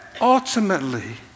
ultimately